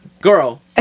girl